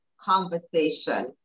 conversation